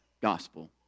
gospel